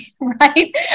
right